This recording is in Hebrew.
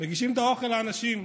האוכל לאנשים.